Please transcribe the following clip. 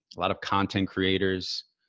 a lot of content creators,